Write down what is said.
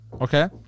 Okay